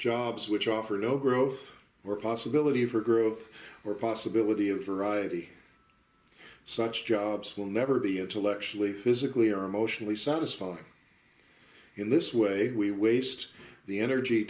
jobs which offer no growth or possibility for growth ready or possibility of variety such jobs will never be intellectually physically or emotionally satisfying in this way we waste the energy